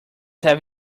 have